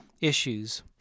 issues